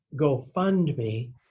GoFundMe